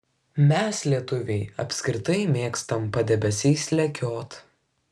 mes lietuviai apskritai mėgstam padebesiais lekiot